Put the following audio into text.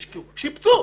שיפצו,